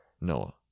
Noah